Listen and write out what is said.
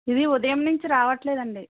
ఇది ఉదయం నుంచి రావట్లేదండి